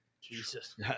Jesus